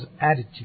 attitude